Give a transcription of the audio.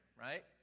Right